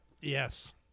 Yes